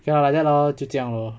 K lah that lor 就这样 lor